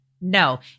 no